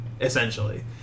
essentially